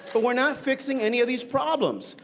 but we're not fixing any of these problems.